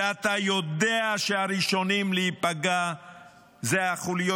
ואתה יודע שהראשונים להיפגע הם החוליות